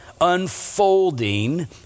unfolding